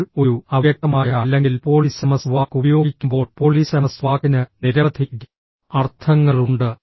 നിങ്ങൾ ഒരു അവ്യക്തമായ അല്ലെങ്കിൽ പോളിസെമസ് വാക്ക് ഉപയോഗിക്കുമ്പോൾ പോളിസെമസ് വാക്കിന് നിരവധി അർത്ഥങ്ങളുണ്ട്